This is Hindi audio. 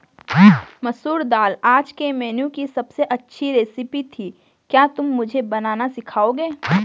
मसूर दाल आज के मेनू की अबसे अच्छी रेसिपी थी क्या तुम मुझे बनाना सिखाओंगे?